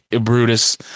brutus